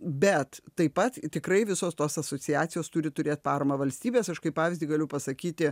bet taip pat tikrai visos tos asociacijos turi turėt paramą valstybės aš kaip pavyzdį galiu pasakyti